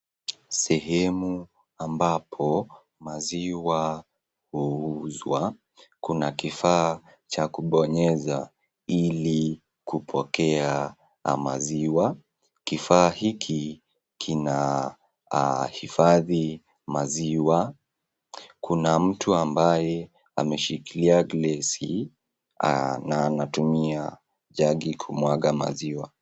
Sehemu ambapo maziwa huuzwa kuna kifaa cha kubonyeza ili kupokea maziwa. Kifaa hiki kina hifadhi maziwa. Kuna mtu ambaye ameshikilia glesi na anatumia jagi kumwaga maziwa.